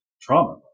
trauma